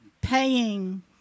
paying